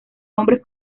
hombres